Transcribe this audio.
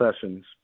sessions